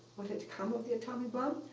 what had come of the atomic bomb.